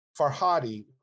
Farhadi